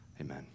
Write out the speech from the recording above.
Amen